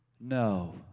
no